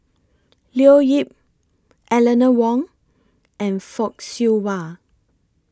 Leo Yip Eleanor Wong and Fock Siew Wah